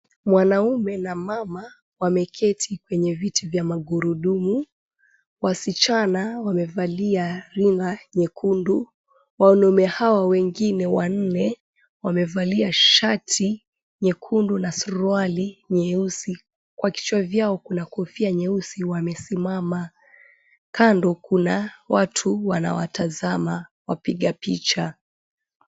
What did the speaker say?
Mwanaume na mama wameketi kwenye viti vya Magurudumu , wasichana wamevalia rinda nyekundu, wanaume hawa wengine wanne wamevalia shati nyekundu na suruali nyeusi. Kwa vichwa vyao kuna kofia nyeusi. Wamesimama kando ,kuna watu wanawatazama wapiga picha.